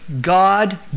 God